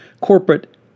corporate